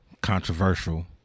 controversial